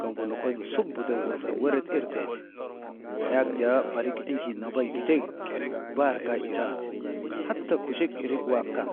Kaŋgu lokoynu suuba de wurŋan weret irtee ti, yak jaa barik enjii nambay gide baar kaa wirandi, hata kuchik irik wak kan,